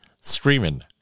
screaming